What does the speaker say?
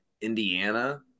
Indiana